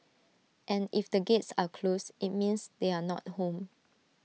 and if the gates are closed IT means they are not home